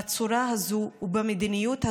בצורה הזאת ובמדיניות הזאת,